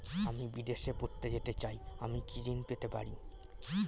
আমি বিদেশে পড়তে যেতে চাই আমি কি ঋণ পেতে পারি?